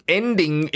ending